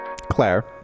Claire